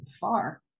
far